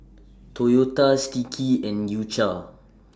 Toyota Sticky and U Cha